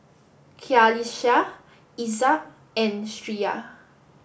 Qalisha Izzat and Syirah